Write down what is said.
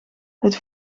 het